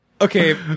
Okay